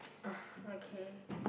okay